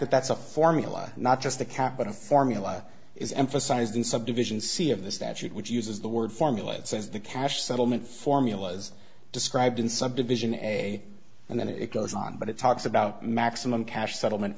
that that's a formula not just the capital formula is emphasized in subdivision c of the statute which uses the word formulates as the cash settlement formula as described in subdivision a and then it goes on but it talks about maximum cash settlement